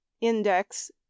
index